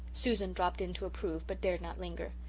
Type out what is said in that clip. susan dropped in to approve but dared not linger.